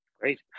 Great